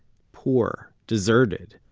poor. deserted.